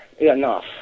Enough